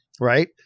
right